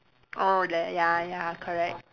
oh there ya ya correct